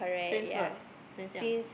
since birth since young